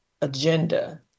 agenda